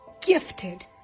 gifted